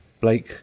Blake